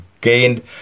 gained